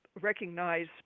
recognize